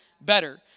better